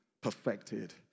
perfected